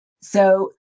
So-